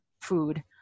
food